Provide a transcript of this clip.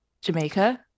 Jamaica